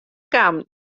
kaam